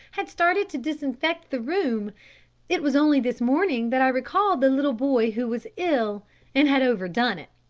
had started to disinfect the room it was only this morning that i recalled the little boy who was ill and had overdone it.